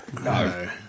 No